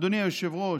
אדוני היושב-ראש,